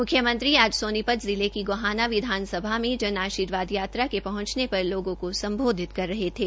मुख्यमंत्री आज सोनीपत जिले गोहाना विधानसभा में जन आर्शीवाद यात्रा के पहंचने पर लोगों को सम्बोधित कर रहे थे